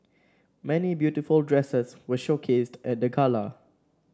many beautiful dresses were showcased at the gala